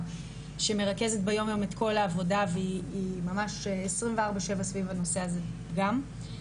שמרכזת ביום-יום את כל העבודה והיא ממש 24/7 סביב הנושא הזה גם.